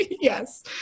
Yes